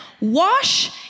wash